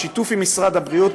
בשיתוף משרד הבריאות,